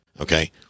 okay